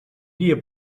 dia